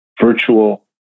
virtual